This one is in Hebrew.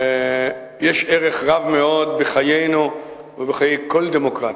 יש ערך רב בחיינו ובחיי כל דמוקרטיה.